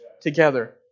together